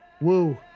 Woo